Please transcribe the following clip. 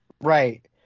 right